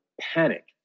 panic